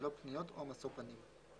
ללא פניות או משוא פנים".